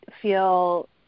feel